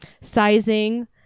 sizing